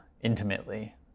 intimately